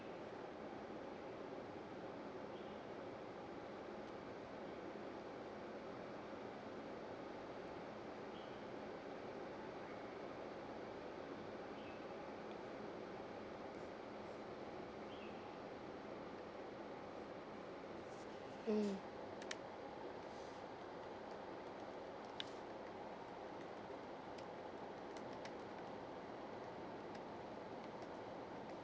mm